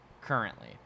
currently